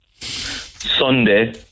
Sunday